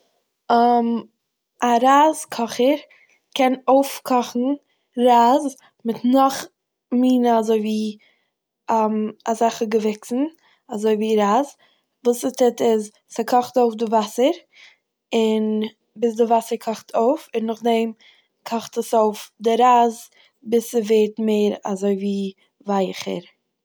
א רייז קאכער קען אויפקאכן רייז מיט נאך מינע אזויווי אזעלכע געוויקסן אזויווי רייז. וואס ס'טוט איז, ס'קאכט אויף די וואסער און ביז די וואסער קאכט אויף און נאכדעם קאכט עס אויף די רייז ביז ס'ווערט מער אזויווי ווייעכער.